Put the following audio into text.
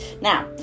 now